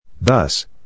Thus